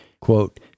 quote